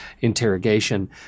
interrogation